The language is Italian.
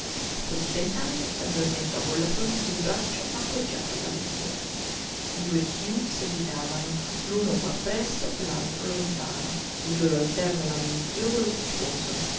così pensando s'addormentò con la fronte sul braccio appoggiato alla ringhiera i due chiù seguitavano l'uno qua presso l'altro lontano il loro alterno lamentio voluttuoso